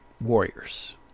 Warriors